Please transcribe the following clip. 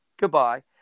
Goodbye